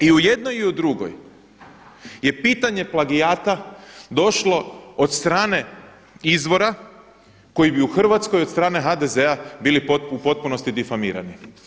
I u jednoj i u drugoj je pitanje plagijata došlo od strane izvora koji bi u Hrvatskoj od strane HDZ-a bili u potpunosti difamirani.